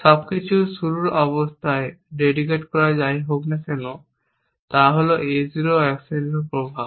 সব কিছুর শুরুর অবস্থায় ডেডিকেট করা যাই হোক না কেন তা হল A 0 অ্যাকশনের প্রভাব